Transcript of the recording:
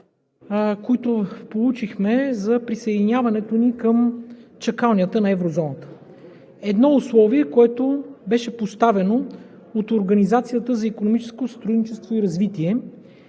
които получихме за присъединяването ни към чакалнята на Еврозоната, едно условие, което беше поставено от Организацията за икономическо сътрудничество и развитие.